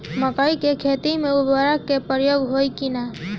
मकई के खेती में उर्वरक के प्रयोग होई की ना?